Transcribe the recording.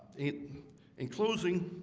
in in closing